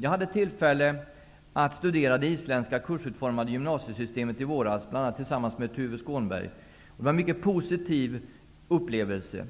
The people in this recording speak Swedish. Jag hade i våras tillfälle att studera det isländska kursutformade gymnasiesystemet, bl.a. tillsammans med Tuve Skånberg, och det var en mycket positiv upplevelse.